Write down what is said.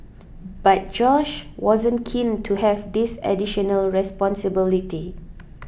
but Josh wasn't keen to have this additional responsibility